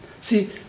See